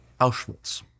Auschwitz